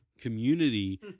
community